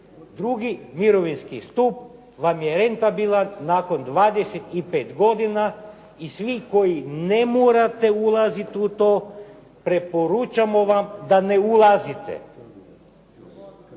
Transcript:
drugi mirovinski stup vam je rentabilan nakon 25 godina i svi koji ne morate ulaziti u to preporučamo vam da ne ulazite.